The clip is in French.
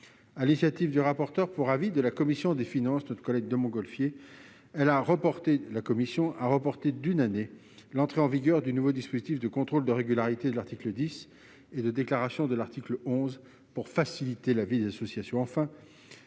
l'initiative du rapporteur pour avis de la commission des finances, Albéric de Montgolfier, la commission a reporté d'une année l'entrée en vigueur du nouveau dispositif de contrôle de régularité prévu à l'article 10 et l'obligation déclarative créée à l'article 11 pour faciliter la vie des associations.